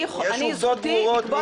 יש עובדות ברורות,